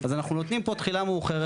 אז אנחנו נותנים פה תחילה מאוחרת